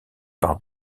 par